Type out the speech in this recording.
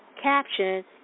Caption